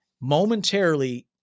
momentarily